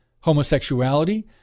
homosexuality